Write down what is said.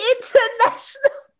International